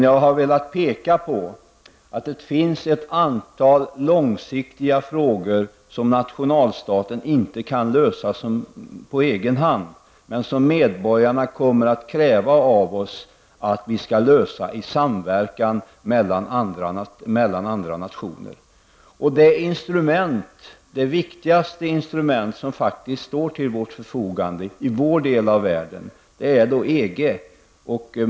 Jag har velat peka på att det finns ett antal långsiktiga frågor som nationalstaten inte kan lösa på egen hand, men som medborgarna kommer att kräva av oss att vi skall lösa i samverkan med andra nationer. Det viktigaste instrument som står till vårt förfogande i vår del av världen är faktiskt EG.